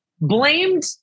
blamed